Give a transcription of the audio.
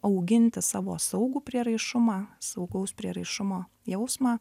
auginti savo saugų prieraišumą saugaus prieraišumo jausmą